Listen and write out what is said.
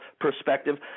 perspective